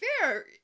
fair